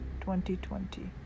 2020